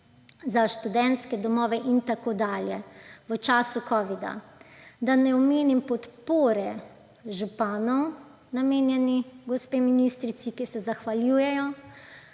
za študentske domove in tako dalje v času covida. Da ne omenim podpore županov namenjene gospe ministrici, kateri se zahvaljujejo